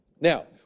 Now